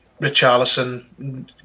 Richarlison